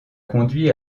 conduit